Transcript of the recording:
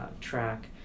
track